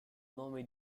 nome